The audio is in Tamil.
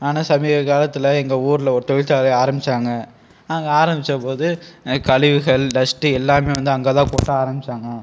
ஆனால் சமீக காலத்தில் எங்கள் ஊரில் ஒரு தொழில்சாலை ஆரமிச்சாங்க அங்கே ஆரமிச்ச போது கழிவுகள் டஸ்ட்டு எல்லாமே வந்து அங்கே தான் கொட்ட ஆரமிச்சாங்க